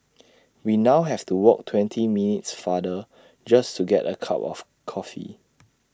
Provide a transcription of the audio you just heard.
we now have to walk twenty minutes farther just to get A cup of coffee